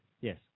Yes